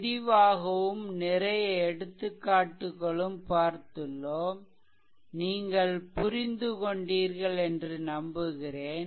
விரிவாகவும் நிறைய எடுத்துக்காட்டுகளும் பார்த்துள்ளோம் நீங்கள் புரிந்து கொண்டீர்கள் என்று நம்புகிறேன்